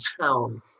town